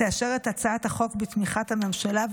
תאשר את הצעת החוק בתמיכת הממשלה.